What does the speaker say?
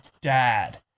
dad